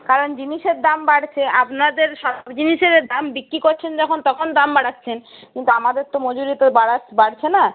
কারণ জিনিসের দাম বাড়ছে আপনাদের সব জিনিসের দাম বিক্রি করছেন যখন তখন দাম বাড়াচ্ছেন কিন্তু আমাদের তো মজুরি তো বাড়া বাড়ছে না